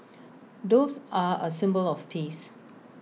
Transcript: doves are A symbol of peace